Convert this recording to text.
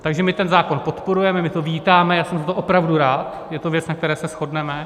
Takže my ten zákon podporujeme, my to vítáme, jsem za to opravdu rád, je to věc, na které se shodneme.